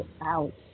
out